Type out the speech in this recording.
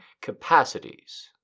capacities